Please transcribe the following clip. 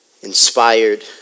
inspired